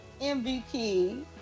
MVP